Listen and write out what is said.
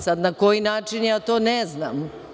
Sad, na koji način, ja to ne znam.